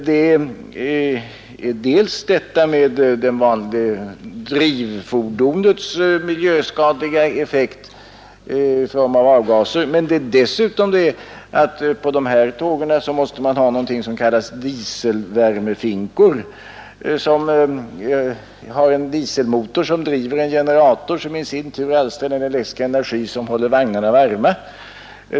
Det gäller dels drivfordonets miljöskadliga effekt i form av avgaser, dels det förhållandet att man på dessa tåg måste ha något som kallas dieselvärmefinkor. I dessa finns en dieselmotor som driver en generator, vilken i sin tur alstrar den elektriska energi som åtgår för att hålla vagnarna varma.